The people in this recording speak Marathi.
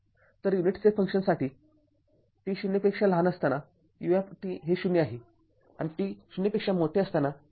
तरयुनिट स्टेप फंक्शनसाठी t 0 असताना u हे ० आहे आणि t 0 साठी १ आहे